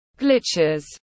glitches